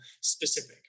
specific